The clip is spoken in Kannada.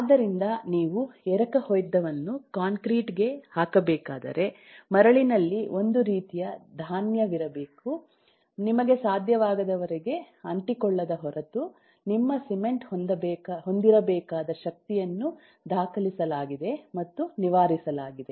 ಆದ್ದರಿಂದ ನೀವು ಎರಕಹೊಯ್ದವನ್ನು ಕಾಂಕ್ರೀಟ್ಗೆ ಹಾಕಬೇಕಾದರೆ ಮರಳಿನಲ್ಲಿ ಒಂದು ರೀತಿಯ ಧಾನ್ಯವಿರಬೇಕು ನಿಮಗೆ ಸಾಧ್ಯವಾಗದವರಿಗೆ ಅಂಟಿಕೊಳ್ಳದ ಹೊರತು ನಿಮ್ಮ ಸಿಮೆಂಟ್ ಹೊಂದಿರಬೇಕಾದ ಶಕ್ತಿಯನ್ನು ದಾಖಲಿಸಲಾಗಿದೆ ಮತ್ತು ನಿವಾರಿಸಲಾಗಿದೆ